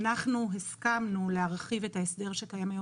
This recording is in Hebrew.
אנחנו הסכמנו להרחיב את ההסדר שקיים היום